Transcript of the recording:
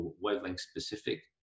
wavelength-specific